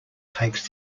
takes